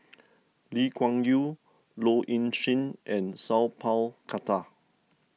Lee Kuan Yew Low Ing Sing and Sat Pal Khattar